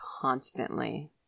constantly